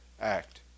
act